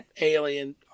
alien